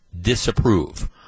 disapprove